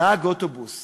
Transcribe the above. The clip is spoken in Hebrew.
נהג אוטובוס